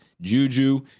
Juju